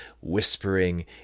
whispering